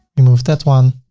remove that one.